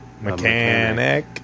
Mechanic